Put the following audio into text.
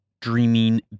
dreaming